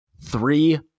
three